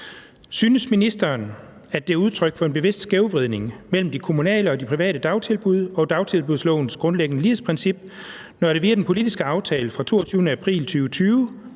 Synes ministeren, at det er udtryk for en bevidst skævvridning mellem de kommunale og de private dagtilbud og dagtilbudslovens grundlæggende lighedsprincip, når der via den politiske aftale fra den 22. april 2020